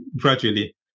gradually